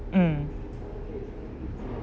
mm